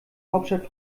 hauptstadt